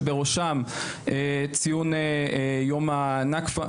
שבראשן ציון יום הנכבה,